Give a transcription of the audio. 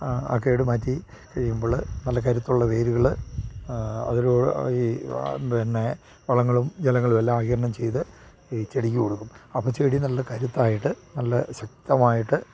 ആ കേട് മാറ്റി കഴിയുമ്പോൾ നല്ല കരുത്തുള്ള വേരുകൾ അതിലൂടെ ഈ പിന്നെ വളങ്ങളും ജലങ്ങളും എല്ലാം ആകിരണം ചെയ്തു ഈ ചെടിക്ക് കൊടുക്കും അപ്പോൾ ചെടി നല്ല കരുത്തായിട്ട് നല്ല ശക്തമായിട്ട്